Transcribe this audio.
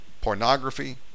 pornography